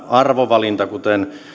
arvovalinta kuten